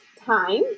time